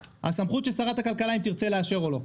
הסמכות של שרת הכלכלה, אם תרצה לאשר או לא.